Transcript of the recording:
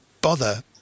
bother